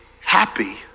happy